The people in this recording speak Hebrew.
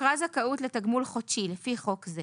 הוכרה זכאות לתגמול חודשי לפי חוק זה,